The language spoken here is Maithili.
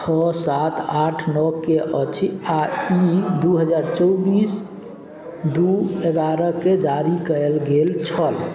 छओ सात आठ नओके अछि आओर ई दुइ हजार चौबिस दुइ एगारहके जारी कएल गेल छल